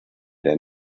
der